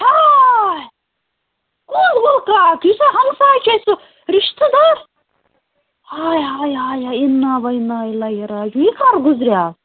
ہاے کُس گُلہٕ کاک یُس ہا ہمسایہِ چھُ اَسہِ سُہ رِشتہٕ دار ہاے ہاے ہاے ہاے إِنَّا وَإِنَّـا إِلَيْهِ رَاجِعُونَ یہِ کَر کُزریٛو